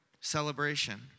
celebration